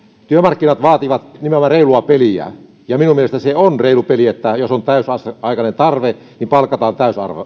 työmarkkinat vaativat nimenomaan reilua peliä minun mielestäni se on reilu peli että jos on täysaikainen tarve niin palkataan